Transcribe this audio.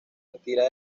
retira